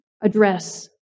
address